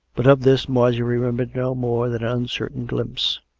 but of this marjorie re membered no more than an uncertain glimpse.